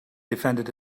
defended